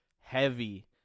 heavy